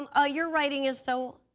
um ah your writing is so,